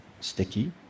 sticky